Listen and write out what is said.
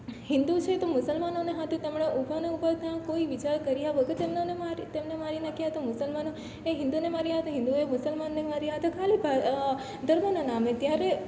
હિન્દુ છે તો મુસલમાનોને હાથે તેમણે ઊભાને ઊભા ત્યાં વિચાર કર્યા વગર તેમને ને મારી તેમને મારી નાખ્યા તા મુસલમાનો એ હિન્દુને માર્યા હતા હિન્દુએ મુસલમાનો ને માર્યા આતો ખાલી ધર્મના નામે ત્યારે